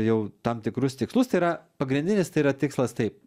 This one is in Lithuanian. jau tam tikrus tikslus yra pagrindinis tai yra tikslas taip